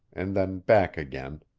and then back again,